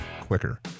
quicker